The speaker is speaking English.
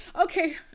Okay